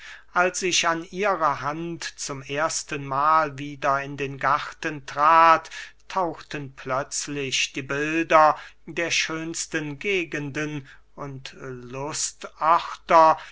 als ich an ihrer hand zum ersten mahl wieder in den garten trat tauchten plötzlich die bilder der schönsten gegenden und